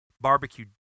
barbecue